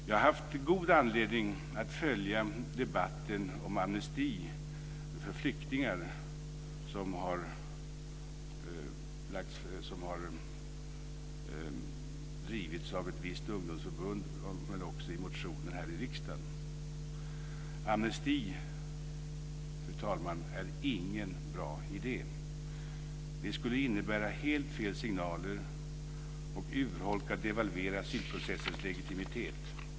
Jag har haft god anledning att följa debatten om amnesti för flyktingar, något som har drivits av ett visst ungdomsförbund men också i motioner här i riksdagen. Amnesti, fru talman, är ingen bra idé. Det skulle innebära helt fel signaler. Det skulle urholka och devalvera asylprocessens legitimitet.